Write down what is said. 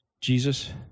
Jesus